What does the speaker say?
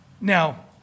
Now